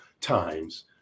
times